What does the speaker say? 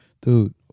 Dude